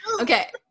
Okay